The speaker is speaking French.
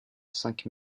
cinq